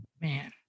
Man